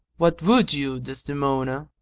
what would you, desdemona?